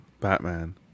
Batman